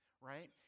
right